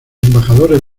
embajadores